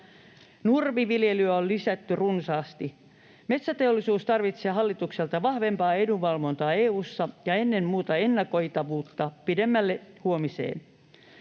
Nurmiviljelyä on lisätty runsaasti. Metsäteollisuus tarvitsee hallitukselta vahvempaa edunvalvontaa EU:ssa ja ennen muuta ennakoitavuutta pidemmälle huomiseen.